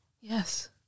Yes